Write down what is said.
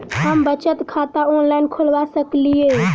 हम बचत खाता ऑनलाइन खोलबा सकलिये?